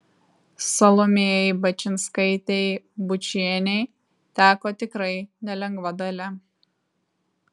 salomėjai bačinskaitei bučienei teko tikrai nelengva dalia